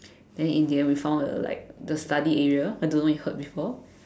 then in the end we found a like the study area I don't know if you heard before